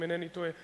אם אינני טועה.